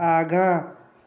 आगाँ